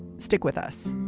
stick with us